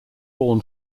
born